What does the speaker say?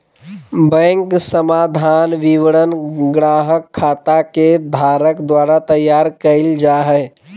bank समाधान विवरण ग्राहक खाता के धारक द्वारा तैयार कइल जा हइ